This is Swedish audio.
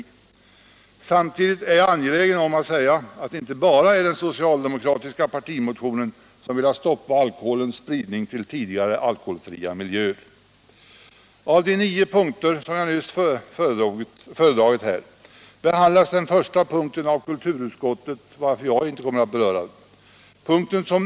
Samtidigt är jag angelägen om att klargöra att det inte bara är den socialdemokratiska partimotionen som velat stoppa alkoholens spridning till tidigare alkoholfria miljöer. Av de nio punkter som jag nyss föredrog behandlas den första punkten av kulturutskottet, varför jag inte här kommer att beröra den.